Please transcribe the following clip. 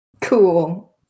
cool